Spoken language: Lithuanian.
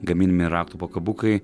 gaminami raktų pakabukai